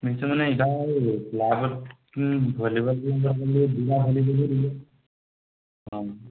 নিশ্চয় মানে এইবাৰ ক্লাবত ভলীবল